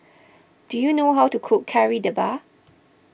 do you know how to cook Kari Debal